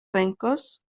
venkos